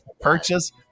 Purchase